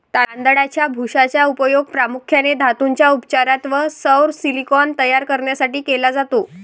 तांदळाच्या भुशाचा उपयोग प्रामुख्याने धातूंच्या उपचारात व सौर सिलिकॉन तयार करण्यासाठी केला जातो